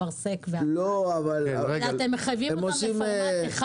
אפרסק ואגס אלא אתם מחייבים אותם לפורמט אחד.